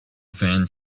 van